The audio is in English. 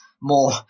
more